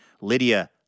Lydia